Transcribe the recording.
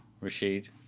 Rashid